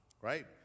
right